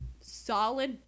solid